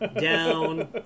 down